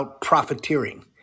profiteering